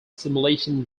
simulation